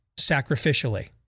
sacrificially